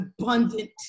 abundant